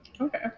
Okay